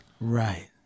Right